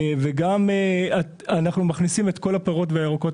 וגם אנחנו מכניסים את כל הפירות והירקות